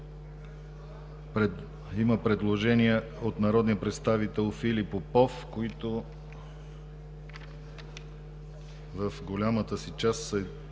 Има предложения от народния представител Филип Попов които в голямата си част са